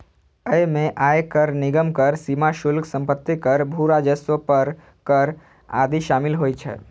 अय मे आयकर, निगम कर, सीमा शुल्क, संपत्ति कर, भू राजस्व पर कर आदि शामिल होइ छै